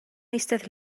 eistedd